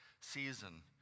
season